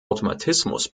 automatismus